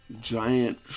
Giant